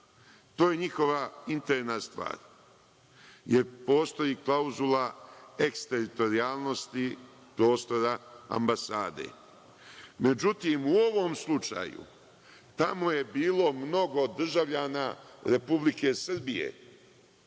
to je njihova interna stvar, jer postoji klauzula eksteritorijalnosti prostora ambasade.Međutim, u ovom slučaju, tamo je bilo mnogo državljana Republike Srbije,